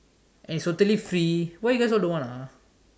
and it's totally free why you guys all don't want ah